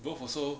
both also